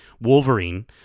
Wolverine